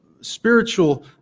spiritual